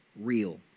real